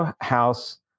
house